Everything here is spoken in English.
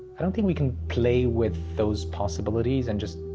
i don't think we can play with those possibilities and just.